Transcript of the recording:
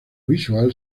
visual